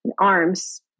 arms